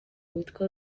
witwa